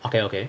okay okay